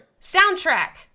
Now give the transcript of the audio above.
Soundtrack